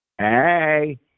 Hey